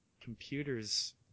Computers